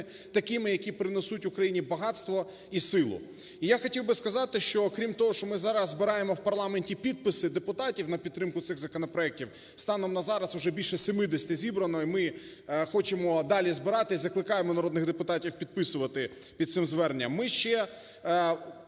такими, які принесуть Україні багатство і силу. І я хотів би сказати, що крім того, що ми зараз збираємо в парламенті підписи депутатів на підтримку цих законопроектів, станом на зараз вже більше 70 зібрано, і ми хочемо далі збирати, закликаємо народних депутатів підписувати під цим зверненням. Ми ще